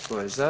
Tko je za?